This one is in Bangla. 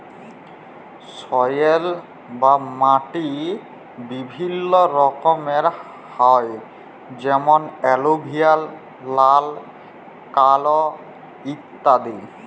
সয়েল বা মাটি বিভিল্য রকমের হ্যয় যেমন এলুভিয়াল, লাল, কাল ইত্যাদি